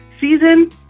season